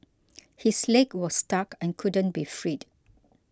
his leg was stuck and couldn't be freed